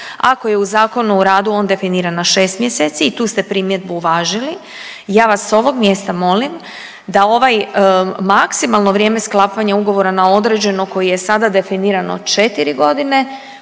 ako je u Zakonu o radu on definiran na 6 mjeseci i tu ste primjedbu uvažili, ja vas s ovog mjesta molim da ovaj maksimalno vrijeme sklapanja ugovora na određeno koji je sada definirano 4 godine